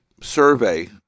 survey